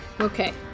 Okay